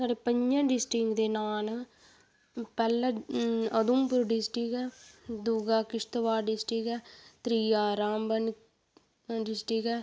साढ़े पंजे डिस्टकें दे नांऽ न पैह्ला उधमपुर डिस्टिक ऐ दूआ किश्तबाढ़ डिस्टिक ऐ त्रिआ रामबन डिस्टिक ऐ